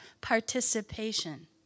participation